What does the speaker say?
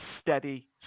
steady